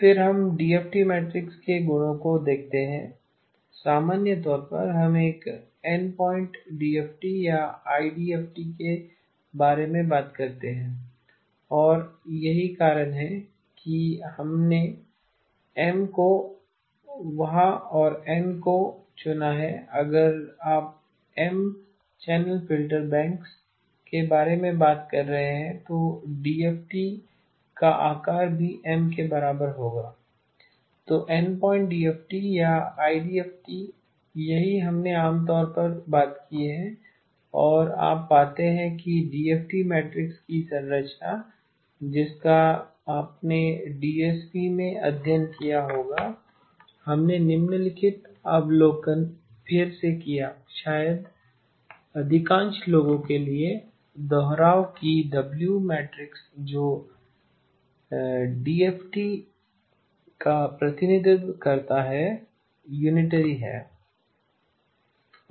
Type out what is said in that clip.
फिर हम DFT matrix के गुणों को देखते हैं सामान्य तौर पर हम एक ऍन पॉइंट डीएफटी या आईडीएफटी के बारे में बात करते हैं और यही कारण है कि हमने एम को वहां और एन को चुना है अगर आप ऍम चैनल फ़िल्टर बैंक्स के बारे में बात कर रहे हैं तो डीएफटी का आकार भी M के बराबर होगा तो ऍन पॉइंट डीएफटी या आईडीएफटी यही हमने आम तौर पर बात की है और आप पाते हैं कि डीएफटी मैट्रिक्स की संरचना जिसका आपने डीएसपी में अध्ययन किया होगा हमने निम्नलिखित अवलोकन फिर से किया शायद अधिकांश लोगों के लिए दोहराव कि W मैट्रिक्स जो डीएफटी का प्रतिनिधित्व करता है यूनिटरी है